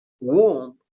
womb